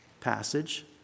passage